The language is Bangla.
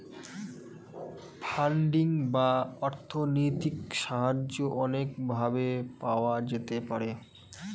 ফান্ডিং বা অর্থনৈতিক সাহায্য অনেক ভাবে পাওয়া যেতে পারে